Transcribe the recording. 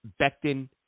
Becton